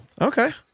Okay